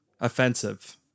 offensive